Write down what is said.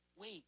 wait